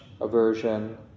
aversion